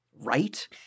right